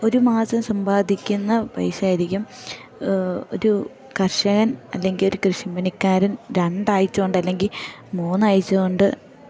ഒരു മാസം സമ്പാദിക്കുന്ന പൈസയായിരിക്കും ഒരു കർഷകൻ അല്ലെങ്കിൽ ഒരു കൃഷിപ്പണിക്കാരൻ രണ്ടാഴ്ച കൊണ്ട് അല്ലെങ്കിൽ മൂന്നാഴ്ച കൊണ്ട്